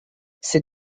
ses